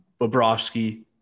Bobrovsky